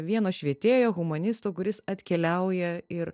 vieno švietėjo humanisto kuris atkeliauja ir